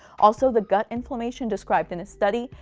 also, the gut inflammation described in his study,